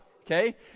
Okay